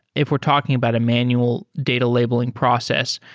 if we're talking about a manual data labeling process,